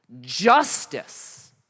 justice